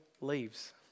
leaves